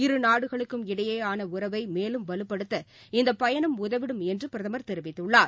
இரு நாடுகளுக்கும் இடையேயானஉறவைமேலும் வலுப்படுத்த இந்தபயணம் உதவிடும் என்றுபிரதமர் தெரிவித்துள்ளார்